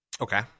Okay